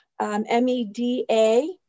M-E-D-A